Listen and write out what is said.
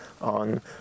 on